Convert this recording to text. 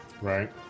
Right